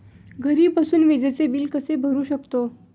घरी बसून विजेचे बिल कसे भरू शकतो?